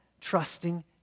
trusting